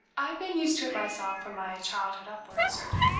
i've been used to it myself from my childhood upward, sir,